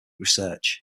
research